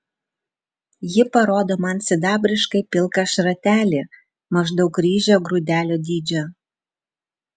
ji parodo man sidabriškai pilką šratelį maždaug ryžio grūdelio dydžio